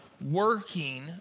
working